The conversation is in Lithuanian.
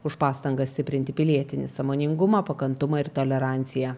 už pastangas stiprinti pilietinį sąmoningumą pakantumą ir toleranciją